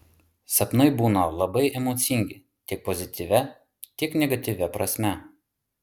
sapnai būna labai emocingi tiek pozityvia tiek negatyvia prasme